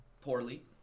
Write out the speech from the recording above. poorly